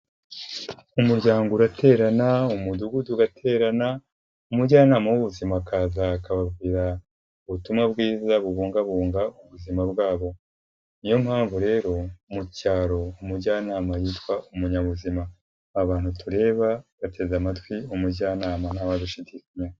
Umuryango uraterana, Umudugudu ugaterana, Umujyanama w'Ubuzima akaza akababwira ubutumwa bwiza bubungabunga ubuzima bwa bo. Ni yo mpamvu rero mu cyaro Umujyanama yitwa Umunyabuzima. Aba bantu tureba bateze amatwi Umujyanama ntawabishidikanya.